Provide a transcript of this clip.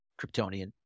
Kryptonian